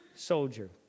soldier